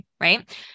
right